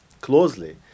closely